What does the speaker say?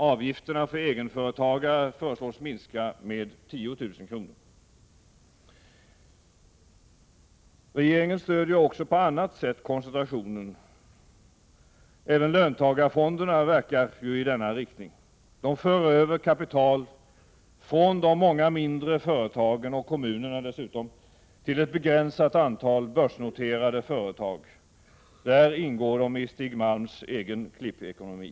Avgifterna för egenföretagare föreslås minska med 10 000 kr. Regeringen stöder också på annat sätt koncentrationen. Även löntagarfonderna verkar i samma riktning. De för över kapital från de många mindre företagen och kommunerna till ett begränsat antal börsnoterade företag. Där ingår de i Stig Malms egen ”klippekonomi”.